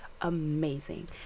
amazing